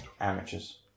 amateurs